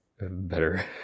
better